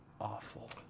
awful